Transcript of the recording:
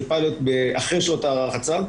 זה פיילוט אחר של אתר רחצה,